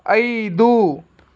ಐದು